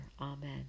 Amen